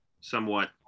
somewhat